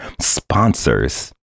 sponsors